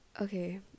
Okay